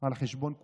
על חשבון כולנו.